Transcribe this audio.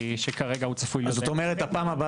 שכרגע הוא צפוי להיות באמצע פברואר.